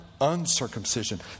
uncircumcision